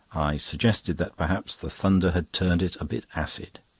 suggested that perhaps the thunder had turned it a bit acid.